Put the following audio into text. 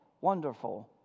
Wonderful